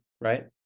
right